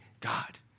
God